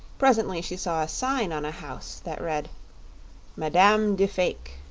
presently she saw a sign on a house that read madam de fayke,